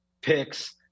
picks